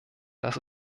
das